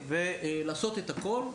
ולבדוק את הכל,